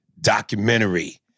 documentary